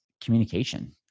communication